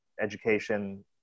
education